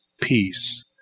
peace